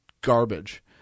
garbage